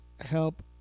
help